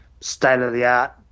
state-of-the-art